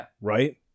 Right